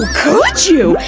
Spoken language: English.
could you!